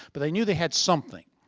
but they knew they had something.